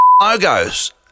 logos